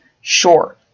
Sure